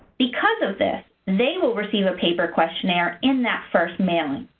because of this, they will receive a paper questionnaire in that first mailing.